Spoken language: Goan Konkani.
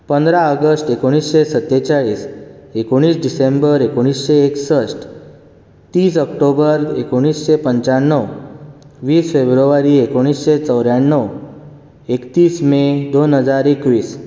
पंदरा आगस्ट एकोणिशें सत्तेचाळीस एकोणीस डिसेंबर एकोणिशें एकसश्ट तीस ओक्टोबर एकोणिशें पंच्याणव वीस फेब्रुवारी एकोणिशें चवऱ्याणव एकतीस मे दोन हजार एकवीस